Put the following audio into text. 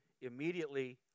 immediately